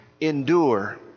endure